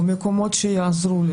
מקומות שיעזרו לי